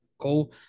go